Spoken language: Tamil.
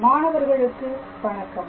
மாணவர்களுக்கு வணக்கம்